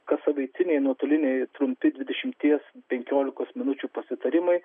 kassavaitiniai nuotoliniai trumpi dvidešimties penkiolikos minučių pasitarimai